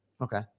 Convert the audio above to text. Okay